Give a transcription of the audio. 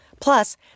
Plus